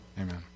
Amen